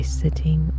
sitting